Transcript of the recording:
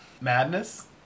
Madness